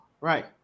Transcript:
right